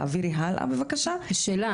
שאלה,